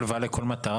הלוואה לכל מטרה,